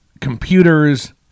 computers